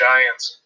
Giants